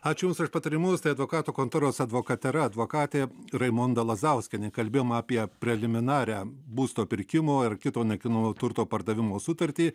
ačiū jums už patarimus tai advokatų kontoros advokatera advokatė raimonda lazauskienė kalbėjom apie preliminarią būsto pirkimo ir kito nekilnojamo turto pardavimo sutartį